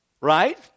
Right